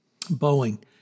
Boeing